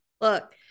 look